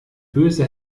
böse